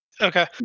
Okay